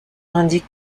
indique